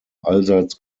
allseits